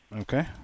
Okay